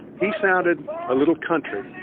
he sounded a little country,